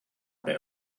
they